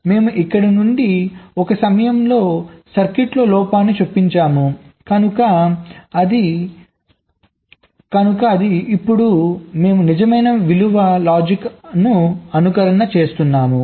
మేము ఇక్కడ నుండి ఒక సమయంలో సర్క్యూట్లో లోపాన్ని చొప్పించాము కనుక అప్పుడు మేము నిజమైన విలువ లాజిక్ అనుకరణ చేస్తున్నాము